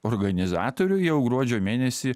organizatorių jau gruodžio mėnesį